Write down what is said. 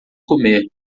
comer